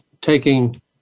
taking